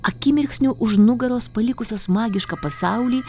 akimirksniu už nugaros palikusios magišką pasaulį